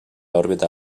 òrbita